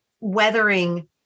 weathering